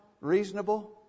reasonable